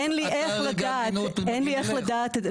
אין לי איך לדעת את זה.